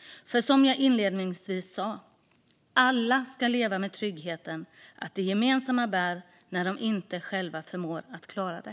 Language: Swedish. Som jag inledningsvis sa: Alla ska leva med tryggheten att det gemensamma bär när de själva inte förmår det.